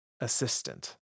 assistant